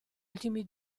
ultimi